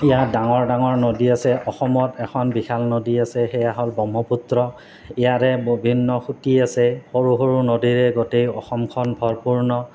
ইয়াত ডাঙৰ ডাঙৰ নদী আছে অসমত এখন বিশাল নদী আছে সেয়া হ'ল ব্ৰহ্মপুত্ৰ ইয়াৰে বিভিন্ন সুঁতি আছে সৰু সৰু নদীৰে গোটেই অসমখন ভৰপূৰ